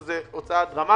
שזה הוצאה דרמטית,